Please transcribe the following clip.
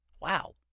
Wow